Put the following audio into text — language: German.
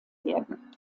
werden